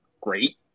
great